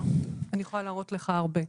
אני יכולה להראות לך הרבה.